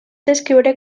descriure